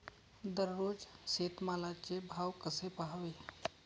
दररोज शेतमालाचे भाव कसे पहावे?